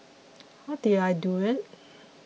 how did I do it